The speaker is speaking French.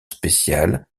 spéciales